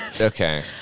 Okay